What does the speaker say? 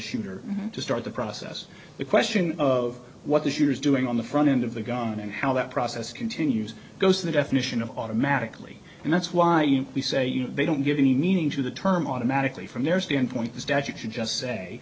shooter to start the process the question of what this year is doing on the front end of the gun and how that process continues goes to the definition of automatically and that's why we say you know they don't give any meaning to the term automatically from their standpoint the statutes you just say